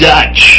Dutch